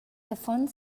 affons